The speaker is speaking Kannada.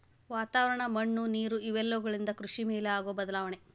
ವಾತಾವರಣ, ಮಣ್ಣು ನೇರು ಇವೆಲ್ಲವುಗಳಿಂದ ಕೃಷಿ ಮೇಲೆ ಆಗು ಬದಲಾವಣೆ